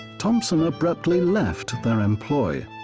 thompson abruptly left their employ.